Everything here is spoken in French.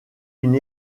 une